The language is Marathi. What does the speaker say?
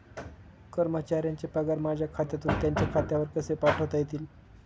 कर्मचाऱ्यांचे पगार माझ्या खात्यातून त्यांच्या खात्यात कसे पाठवता येतील?